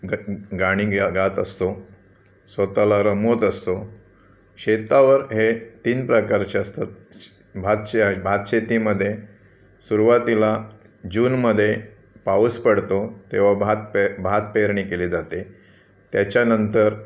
ग गाणी ग गात असतो स्वत ला रमवत असतो शेतावर हे तीन प्रकारचे असतात श भात शे आहे भात शेतीमध्ये सुरुवातीला जूनमध्ये पाऊस पडतो तेव्हा भात पे भात पेरणी केली जाते त्याच्यानंतर